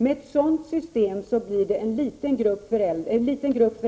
Med ett sådant system blir det en liten grupp